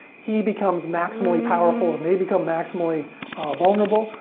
he becomes maximally powerful and they become maximally vulnerable.